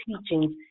teachings